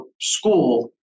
school